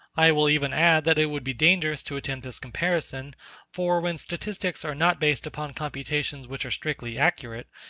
i will even add that it would be dangerous to attempt this comparison for when statistics are not based upon computations which are strictly accurate,